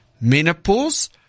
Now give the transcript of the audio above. menopause